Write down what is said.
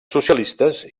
socialistes